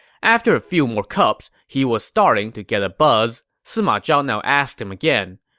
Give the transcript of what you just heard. after a few more cups, he was starting to get a buzz. sima zhao now asked him again,